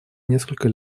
несколько